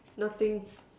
nothing